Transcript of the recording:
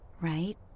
right